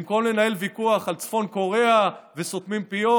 במקום לנהל ויכוח על צפון קוריאה וסתימת פיות